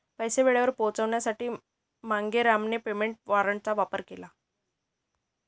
पैसे वेळेवर पोहोचवण्यासाठी मांगेरामने पेमेंट वॉरंटचा वापर केला